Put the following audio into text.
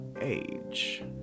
age